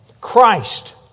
Christ